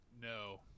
No